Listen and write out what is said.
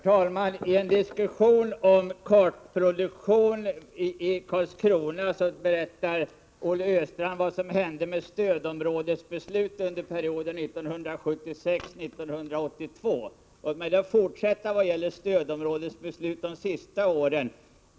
Herr talman! I en diskussion om kartproduktion i Karlskrona berättar Olle Östrand om vad som hände med stödområdesbeslut under perioden 1976—82. Låt mig då fortsätta att redogöra för stödområdesbesluten under de senaste åren.